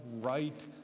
right